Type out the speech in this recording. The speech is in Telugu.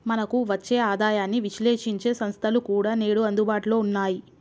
మనకు వచ్చే ఆదాయాన్ని విశ్లేశించే సంస్థలు కూడా నేడు అందుబాటులో ఉన్నాయి